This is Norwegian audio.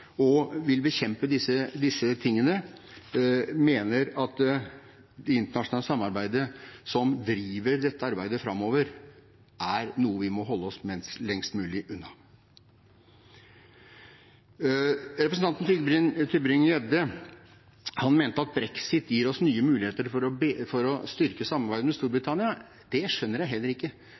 og ville bekjempe disse tingene, mener at det internasjonale samarbeidet som driver dette arbeidet framover, er noe vi må holde oss lengst mulig unna. Representanten Tybring-Gjedde mente at brexit gir oss nye muligheter for å styrke samarbeidet med Storbritannia. Det skjønner jeg heller ikke.